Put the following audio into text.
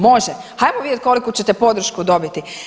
Može, hajmo vidjet koliku ćete podršku dobiti.